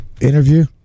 interview